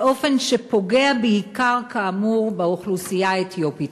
באופן שפוגע בעיקר, כאמור, באוכלוסייה האתיופית?